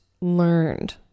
learned